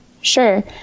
Sure